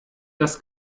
das